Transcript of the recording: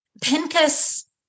Pincus